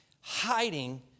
hiding